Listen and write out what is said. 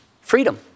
freedom